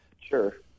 Sure